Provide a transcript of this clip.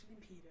Peter